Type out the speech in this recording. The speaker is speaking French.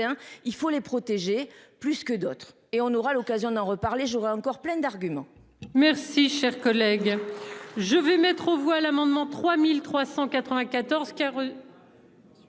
il faut les protéger plus que d'autres et on aura l'occasion d'en reparler j'aurais encore plein d'arguments. Merci cher collègue. Je vais mettre aux voix l'amendement 3394 car.